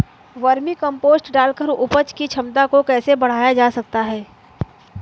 Vermi compost डालकर उपज की क्षमता को कैसे बढ़ाया जा सकता है?